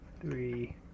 three